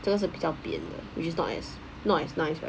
这是比较扁 which is not as not as nice right